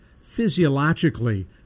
physiologically